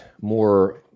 more